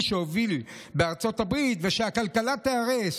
שהוביל בארצות הברית ושהכלכלה תיהרס.